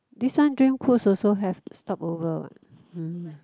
this one Dream Cruise also have stopover what